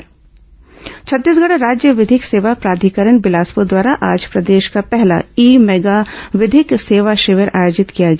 ई mega विधिक सेवा शिविर छत्तीसगढ़ राज्य विधिक सेवा प्राधिकरण बिलासपुर द्वारा आज प्रदेश का पहला ई मेगा विधिक सेवा शिविर आयोजित किया गया